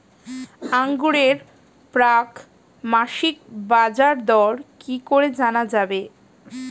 আঙ্গুরের প্রাক মাসিক বাজারদর কি করে জানা যাবে?